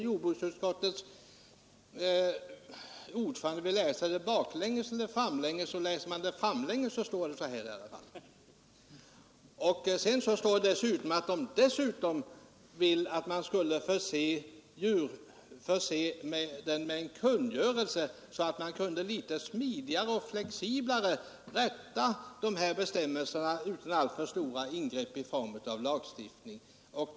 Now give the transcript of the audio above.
Jordbruksutskottets ordförande må sedan läsa yttrandet hur han vill — framlänges eller baklänges. Men läser man det framlänges står det i alla fall på det sätt som jag här citerat. Dessutom framhåller riksförbundet att lagen bör förses med en kungörelse, så att man smidigare och flexiblare kan ändra bestämmelserna utan att behöva göra alltför stora ingrepp i form av lagstiftning.